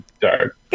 dark